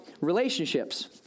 relationships